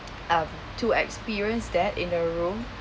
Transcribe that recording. um to experience that in a room